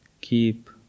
keep